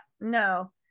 No